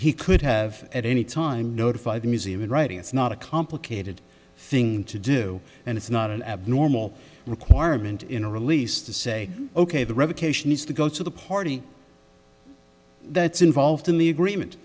he could have at any time notify the museum in writing it's not a complicated thing to do and it's not an abnormal requirement in a release to say ok the revocation is to go to the party that's involved in the agreement